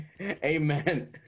amen